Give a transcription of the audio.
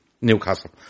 Newcastle